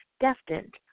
destined